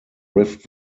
rift